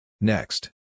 Next